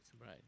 right